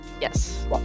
Yes